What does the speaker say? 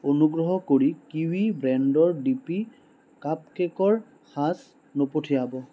অনুগ্ৰহ কৰি কিৱি ব্ৰেণ্ডৰ ডিপি কাপকেকৰ সাঁচ নপঠিয়াব